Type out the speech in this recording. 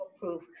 proof